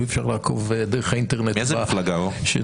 אי אפשר לעקוב דרך האינטרנט בשידור.